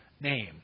name